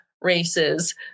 races